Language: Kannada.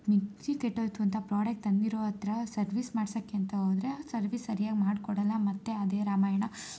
ಮಿಕ್ಸಿ ಕೆಟ್ಟೋಯ್ತು ಅಂತ ಪ್ರಾಡಕ್ಟ್ ತಂದಿರೋ ಹತ್ರ ಸರ್ವಿಸ್ ಮಾಡ್ಸೋಕ್ಕೆ ಅಂತ ಹೋದರೆ ಸರ್ವಿಸ್ ಸರಿಯಾಗಿ ಮಾಡಿಕೊಡಲ್ಲ ಮತ್ತೆ ಅದೇ ರಾಮಾಯಣ